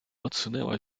odsunęła